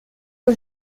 que